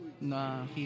Nah